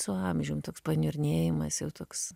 su amžium toks paniurnėjimas jau toks